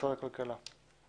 משרד הכלכלה.